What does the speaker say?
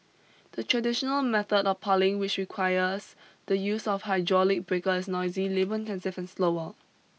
the traditional method of piling which requires the use of hydraulic breaker is noisy labour intensive and slower